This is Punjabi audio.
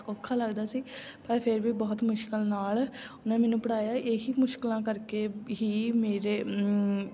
ਔਖਾ ਲੱਗਦਾ ਸੀ ਪਰ ਫਿਰ ਵੀ ਬਹੁਤ ਮੁਸ਼ਕਿਲ ਨਾਲ ਉਹਨੇ ਮੈਨੂੰ ਪੜ੍ਹਾਇਆ ਇਹੀ ਮੁਸ਼ਕਿਲਾਂ ਕਰਕੇ ਹੀ ਮੇਰੇ